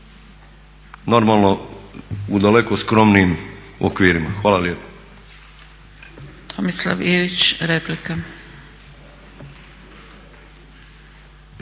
Normalno u daleko skromnijim okvirima. Hvala lijepo.